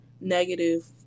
negative